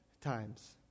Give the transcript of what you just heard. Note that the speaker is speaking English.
times